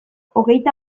hogeita